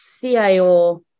CIO